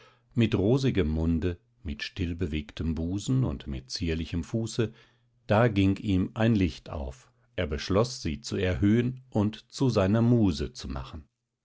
mit rosigem munde mit stillbewegtem busen und mit zierlichem fuße da ging ihm ein licht auf er beschloß sie zu erhöhen und zu seiner muse zu machen